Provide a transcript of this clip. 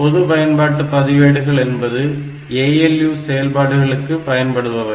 பொதுப் பயன்பாட்டு பதிவேடுகள் என்பது ALU செயல்பாடுகளுக்கு பயன்படுபவை